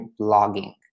blogging